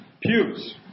pews